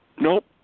Nope